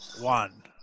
One